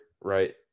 right